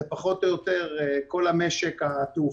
זה פחות או יותר כל המשק התעופתי.